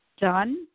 done